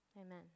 amen